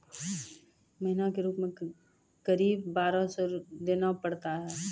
महीना के रूप क़रीब बारह सौ रु देना पड़ता है?